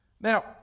Now